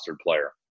player